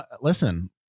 Listen